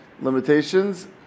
limitations